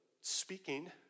speaking